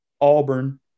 Auburn